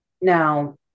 Now